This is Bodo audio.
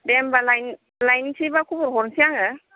दे होनबालाय लायनोसैबा खबर ह'रनोसै आङो